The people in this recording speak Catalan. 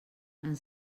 ens